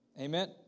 Amen